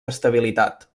estabilitat